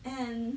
and